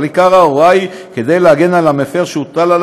אבל עיקר ההוראה היא כדי להגן על מפר שהוטלו